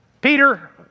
Peter